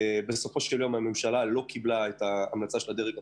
בסופו של יום הממשלה לא קיבלה את ההמלצה של הדרג המקצועי,